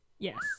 Yes